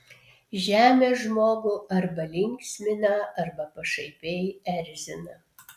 žemė žmogų arba linksmina arba pašaipiai erzina